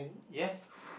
yes